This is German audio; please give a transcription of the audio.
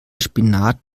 spinat